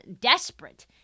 desperate